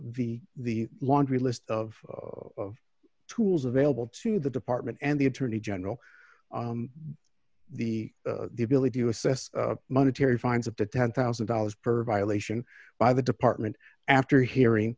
the the laundry list of tools available to the department and the attorney general the the ability to assess monetary fines at the ten thousand dollars per violation by the department after hearing